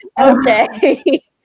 Okay